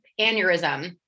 aneurysm